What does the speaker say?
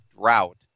drought